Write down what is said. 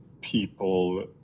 people